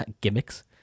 gimmicks